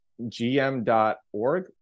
GM.org